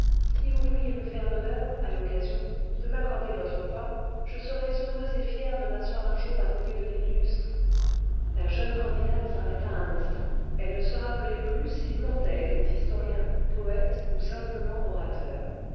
si vous vouliez me faire l'honneur à l'occa sion cle m'accorder votre voix je serais heureuse et fière cle m'asseoir un jour à côté de l'illustre la jeune candidate s'arrêta un instant elle ne se rappelait plus si l'immortel était historien poète ou simplement orateur